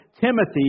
Timothy